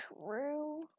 True